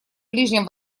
ближнем